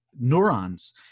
neurons